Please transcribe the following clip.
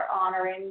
honoring